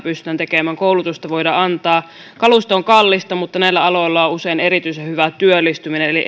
pitää pystyä tekemään ja koulutusta antamaan kalusto on kallista mutta näillä aloilla on usein erityisen hyvä työllistyminen eli